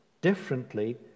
differently